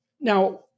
now